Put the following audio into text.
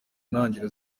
ntangiriro